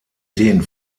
den